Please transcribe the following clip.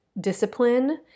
discipline